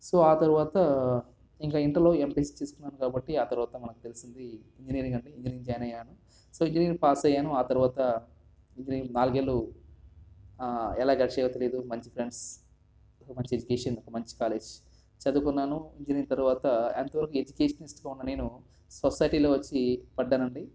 so ఆ తర్వాత ఇంక ఇంటర్లో ఎంపీసీ తీసుకున్నాను కాబట్టి ఆ తర్వాత మనకి తెలిసింది ఇంజనీరింగ్ అండి ఇంజనీరింగ్ జాయిన్ అయ్యాను సో ఇంజనీరింగ్ పాస్ అయ్యాను ఆ తర్వాత నాలుగు ఏళ్ళు ఎలా గడిచాయో తెలీదు మంచి ఫ్రెండ్స్ ఒక మంచి ఎడ్యుకేషన్ ఒక మంచి కాలేజ్ చదువుకున్నాను ఇంజనీరింగ్ తర్వాత ఎంతో ఎడ్యుకేషనిస్ట్గా ఉన్న నేను సొసైటీలో వచ్చి పడ్డానండి